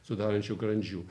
sudarančių grandžių